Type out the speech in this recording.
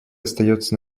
остается